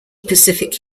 pacific